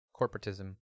corporatism